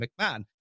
McMahon